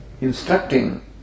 instructing